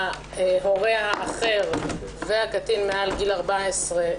ההורה האחר והקטין מעל גיל 14,